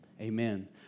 Amen